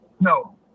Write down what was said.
No